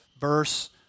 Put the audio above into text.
verse